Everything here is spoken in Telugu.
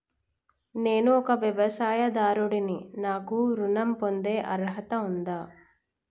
నేను ఒక వ్యవసాయదారుడిని నాకు ఋణం పొందే అర్హత ఉందా?